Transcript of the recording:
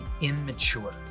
immature